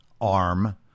arm